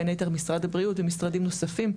בין היתר משרד הבריאות ומשרדים נוספים.